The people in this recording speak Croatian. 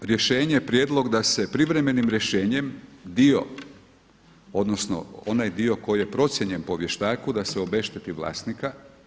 Nadalje, rješenje je prijedlog da se privremenim rješenjem dio odnosno onaj dio koji je procijenjen po vještaku da se obešteti vlasnika.